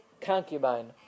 concubine